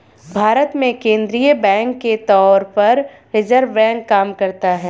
भारत में केंद्रीय बैंक के तौर पर रिज़र्व बैंक काम करता है